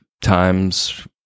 times